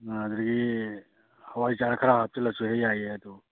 ꯑꯗꯨꯗꯒꯤ ꯍꯋꯥꯏꯖꯥꯔ ꯈꯔ ꯍꯥꯞꯆꯤꯜꯂꯁꯨ ꯍꯦꯛ ꯌꯥꯏꯌꯦ